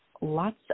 lots